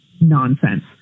nonsense